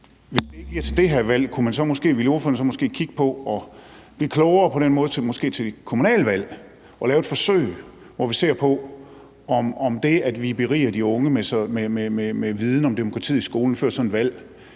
Hvis ikke lige det er til det her valg, vil ordføreren måske så kigge på at blive klogere til kommunalvalget og lave et forsøg, hvor vi ser på, om det, at vi beriger de unge med viden om demokratiet i skolen før sådan et valg,